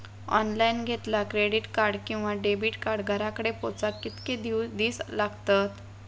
Online घेतला credit card किंवा debit card घराकडे पोचाक कितके दिस लागतत?